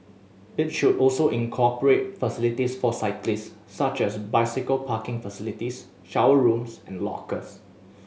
it should also incorporate facilities for cyclist such as bicycle parking facilities shower rooms and lockers